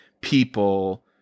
people